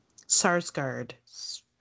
Sarsgaard